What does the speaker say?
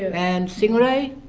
and stingray,